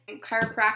Chiropractic